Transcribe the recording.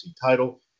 title